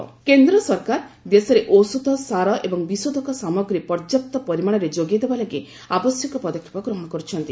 ସଦାନନ୍ଦ ଗୌଡ଼ କେନ୍ଦ ସରକାର ଦେଶରେ ଔଷଧ ସାର ଏବଂ ବିଶୋଧକ ସାମଗ୍ରୀ ପର୍ଯ୍ୟାପ୍ତ ପରିମାଣରେ ଯୋଗାଇ ଦେବା ଲାଗି ଆବଶ୍ୟକୀୟ ପଦକ୍ଷେପ ଗ୍ରହଣ କରୁଛନ୍ତି